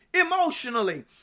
emotionally